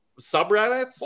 subreddits